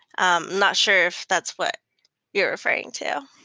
i'm not sure if that's what you're referring to.